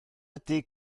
ydy